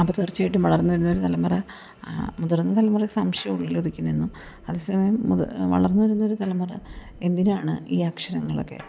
അപ്പം തീർച്ചയായിട്ടും വളർന്ന് വരുന്നോരു തലമുറ മുതിർന്ന തലമുറക്ക് സംശയം ഉള്ളിലൊതിക്കിനിന്നു അത് സമയം മുതിർന്ന് വളർന്ന് വരുന്നൊരു തലമുറ എന്തിനാണ് ഈ അക്ഷരങ്ങളൊക്കെ